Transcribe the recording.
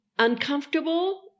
uncomfortable